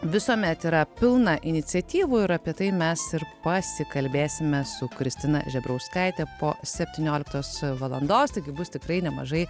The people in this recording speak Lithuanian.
visuomet yra pilna iniciatyvų ir apie tai mes ir pasikalbėsime su kristina žebrauskaite po septynioliktos valandos taigi bus tikrai nemažai